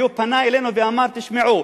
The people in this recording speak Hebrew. והוא פנה אלינו ואמר: תשמעו,